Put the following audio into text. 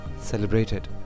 celebrated